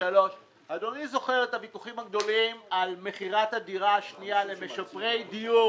אדוני זוכר את הוויכוחים הגדולים על מכירת הדירה השנייה למשפריי דיור